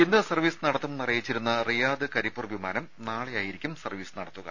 ഇന്ന് സർവ്വീസ് നടത്തുമെന്ന് അറിയിച്ചിരുന്ന റിയാദ് കരിപ്പൂർ വിമാനം നാളെയായിരിക്കും സർവ്വീസ് നടത്തുക